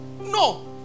No